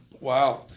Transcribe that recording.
Wow